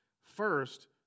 First